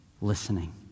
listening